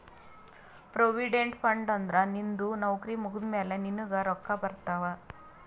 provident fund ಅಂದುರ್ ನಿಂದು ನೌಕರಿ ಮುಗ್ದಮ್ಯಾಲ ನಿನ್ನುಗ್ ರೊಕ್ಕಾ ಬರ್ತಾವ್